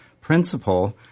principle